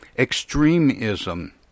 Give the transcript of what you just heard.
extremism